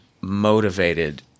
motivated